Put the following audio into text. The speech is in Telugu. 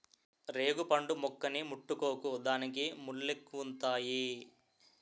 రేగుపండు మొక్కని ముట్టుకోకు దానికి ముల్లెక్కువుంతాయి